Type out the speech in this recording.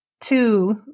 Two